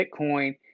Bitcoin